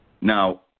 Now